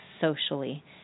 socially